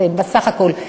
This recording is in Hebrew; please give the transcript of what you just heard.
כן, בסך-הכול.